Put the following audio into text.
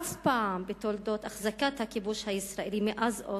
אף פעם בתולדות אחזקת הכיבוש הישראלי, מאז אוסלו,